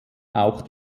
auch